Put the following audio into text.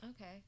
Okay